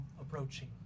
approaching